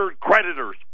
creditors